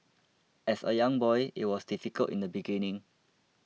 as a young boy it was difficult in the beginning